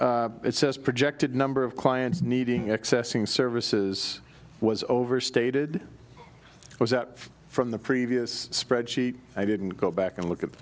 says projected number of clients needing accessing services was overstated it was that from the previous spreadsheet i didn't go back and look at the